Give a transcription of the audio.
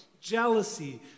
jealousy